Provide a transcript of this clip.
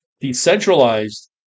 Decentralized